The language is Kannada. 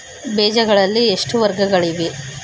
ಬೇಜಗಳಲ್ಲಿ ಎಷ್ಟು ವರ್ಗಗಳಿವೆ?